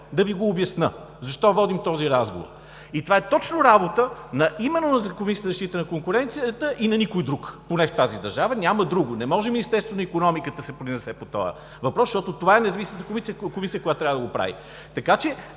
Да Ви го обясня – защо водим този разговор? И това е точно работа именно на Комисията за защита на конкуренцията и на никой друг, поне в тази държава няма друго. Не може Министерството на икономиката да се произнесе по този въпрос, защото това е независимата Комисия, която трябва да го прави. Така че